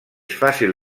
fàcil